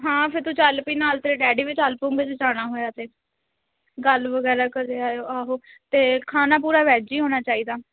ਹਾਂ ਫਿਰ ਤੂੰ ਚੱਲ ਪੀ ਨਾਲ ਤੇਰੇ ਡੈਡੀ ਵੀ ਚੱਲ ਪਉਂਗੇ ਜੇ ਜਾਣਾ ਹੋਇਆ ਅਤੇ ਗੱਲ ਵਗੈਰਾ ਕਰ ਆਇਓ ਆਹੋ ਅਤੇ ਖਾਨਾ ਪੂਰਾ ਵੈਜ ਹੀ ਹੋਣਾ ਚਾਹੀਦਾ